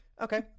Okay